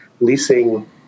leasing